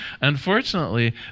unfortunately